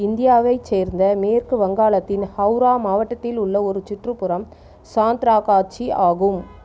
இந்தியாவைச் சேர்ந்த மேற்கு வங்காளத்தின் ஹௌரா மாவட்டத்தில் உள்ள ஒரு சுற்றுப்புறம் சாந்திராகாச்சி ஆகும்